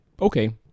okay